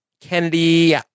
Kennedy